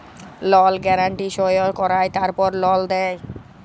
লল গ্যারান্টি সই কঁরায় তারপর লল দেই